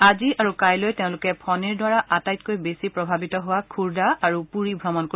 আজি আৰু কাইলৈ তেওঁলোকে ফণীৰ দ্বাৰা আটাইতকৈ বেছি প্ৰভাৱিত হোৱা ক্ষুড়দা আৰু পুৰী ভ্ৰমণ কৰিব